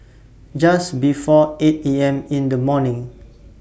Just before eight A M in The morning